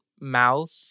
mouth